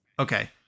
Okay